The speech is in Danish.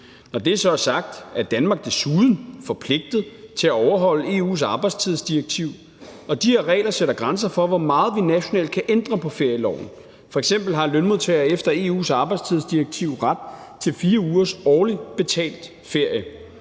Når det så er sagt, er Danmark desuden forpligtet til at overholde EU's arbejdstidsdirektiv, og de her regler sætter grænser for, hvor meget vi nationalt kan ændre på ferieloven. F.eks. har lønmodtagere efter EU's arbejdstidsdirektiv ret til 4 ugers årlig betalt ferie.